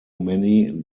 many